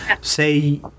say